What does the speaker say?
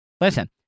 Listen